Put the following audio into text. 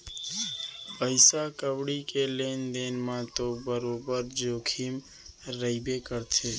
पइसा कउड़ी के लेन देन म तो बरोबर जोखिम रइबे करथे